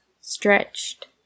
stretched